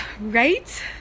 Right